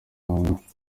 nshingwabikorwa